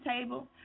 table